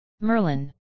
Merlin